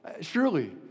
Surely